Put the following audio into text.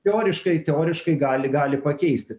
teoriškai teoriškai gali gali pakeisti